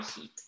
heat